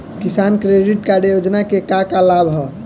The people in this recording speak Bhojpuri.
किसान क्रेडिट कार्ड योजना के का का लाभ ह?